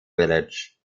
village